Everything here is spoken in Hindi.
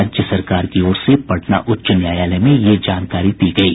राज्य सरकार की ओर से पटना उच्च न्यायालय में यह जानकारी दी गयी